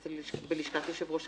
לשכת יושב-ראש,